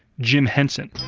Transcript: jim henson.